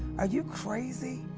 are you crazy?